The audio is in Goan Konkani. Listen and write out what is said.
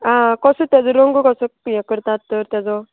आं कसो तेजो रंग कसो हे करतात तर तेजो